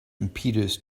impetus